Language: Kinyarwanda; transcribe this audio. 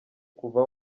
kuva